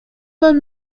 vingt